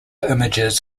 images